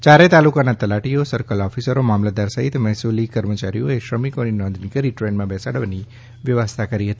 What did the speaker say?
ચારેય તાલુકાના તલાટીઓ સર્કલ ઓફિસરો મામલતદાર સહિત મહેસૂલી કર્મચારીઓએ શ્રમિકોની નોંધણી કરી ટ્રેનમાં બેસાડવાની વ્યવસ્થા કરી હતી